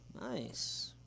Nice